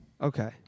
Okay